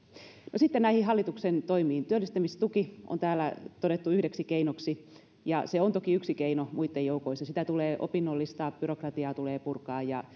no sitten näihin hallituksen toimiin työllistämistuki on täällä todettu yhdeksi keinoksi ja se on toki yksi keino muitten joukossa sitä tulee opinnollistaa byrokratiaa tulee purkaa ja